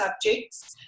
subjects